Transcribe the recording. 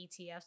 ETFs